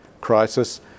crisis